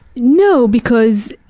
no, because,